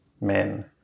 men